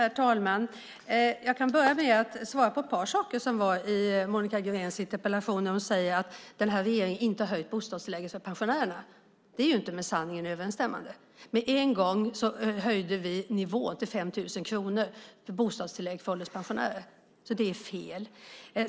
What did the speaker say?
Herr talman! Jag kan börja med att svara på ett par saker som fanns i Monica Greens interpellation. Hon säger att regeringen inte har höjt bostadstillägget för pensionärerna. Det är inte med sanningen överensstämmande. Vi höjde med en gång nivån för bostadstillägg till ålderspensionärer till 5 000 kronor. Så det är fel.